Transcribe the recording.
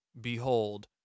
behold